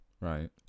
right